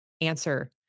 answer